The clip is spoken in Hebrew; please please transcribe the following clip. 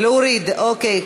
להוריד, אוקיי.